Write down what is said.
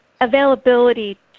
availability